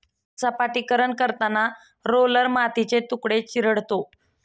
सपाटीकरण करताना रोलर मातीचे तुकडे चिरडतो